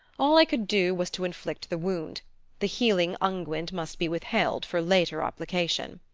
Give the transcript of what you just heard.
all i could do was to inflict the wound the healing unguent must be withheld for later application.